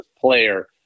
player